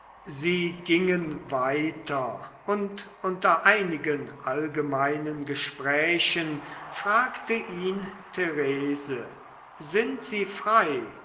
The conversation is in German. sie gingen weiter und unter einigen allgemeinen gesprächen fragte ihn therese sind sie frei